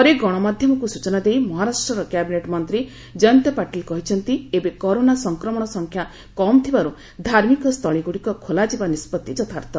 ପରେ ଗଣମାଧ୍ୟମକୁ ସୂଚନା ଦେଇ ମହାରାଷ୍ଟ୍ରର କ୍ୟାବିନେଟ୍ ମନ୍ତ୍ରୀ ଜୟନ୍ତ ପାଟିଲ କହିଛନ୍ତି ଏବେ କରୋନା ସଂକ୍ରମଣ ସଂଖ୍ୟା କମ୍ ଥିବାରୁ ଧାର୍ମିକସ୍ଥଳୀଗୁଡ଼ିକ ଖୋଲାଯିବା ନିଷ୍ପତ୍ତି ଯଥାର୍ଥ